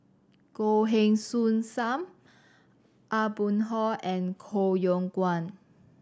Goh Heng Soon Sam Aw Boon Haw and Koh Yong Guan